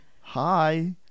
Hi